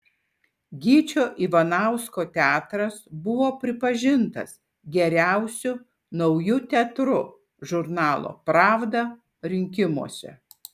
gyčio ivanausko teatras buvo pripažintas geriausiu nauju teatru žurnalo pravda rinkimuose